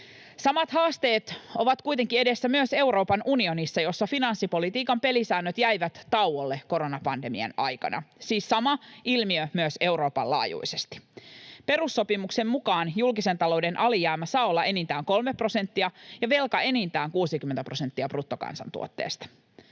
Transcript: Samat haasteet ovat kuitenkin edessä myös Euroopan unionissa, jossa finanssipolitiikan pelisäännöt jäivät tauolle koronapandemian aikana — siis sama ilmiö myös Euroopan laajuisesti. Perussopimuksen mukaan julkisen talouden alijäämä saa olla enintään 3 prosenttia ja velka enintään 60 prosenttia bruttokansantuotteesta.